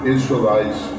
Israelites